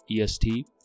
est